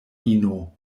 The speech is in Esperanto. ino